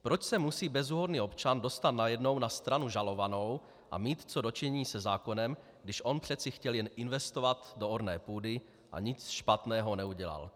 Proč se musí bezúhonný občan dostat najednou na stranu žalovanou a mít co do činění se zákonem, když on přece chtěl jen investovat do orné půdy a nic špatného neudělal?